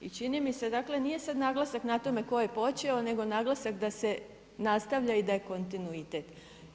I čini mi se, dakle nije sada naglasak na tome tko je počeo nego naglasak da se nastavlja i da je kontinuitet.